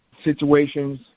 situations